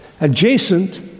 Adjacent